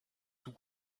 sous